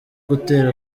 gutera